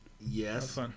Yes